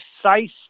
precise